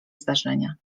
zdarzenia